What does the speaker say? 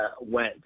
went